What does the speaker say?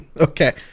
Okay